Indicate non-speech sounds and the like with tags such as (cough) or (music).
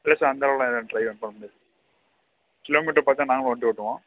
இல்லை சார் அந்த அளவெலாம் ஏதும் (unintelligible) அனுப்ப முடியாது கிலோமீட்டர் பார்த்து தான் நாங்களும் வண்டி ஓட்டுவோம்